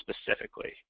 specifically